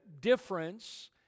difference